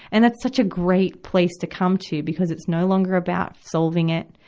and that's such a great place to come to, because it's no longer about solving it.